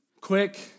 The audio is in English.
Quick